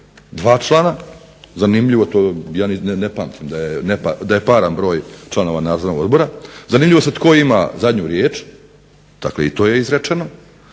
dva člana. Zanimljivo ja ne pamtim da je paran broj članova nadzornog odbora. Zanimljivo tko ima zadnju riječ dakle i to je izrečeno.